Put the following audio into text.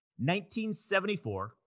1974